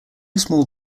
small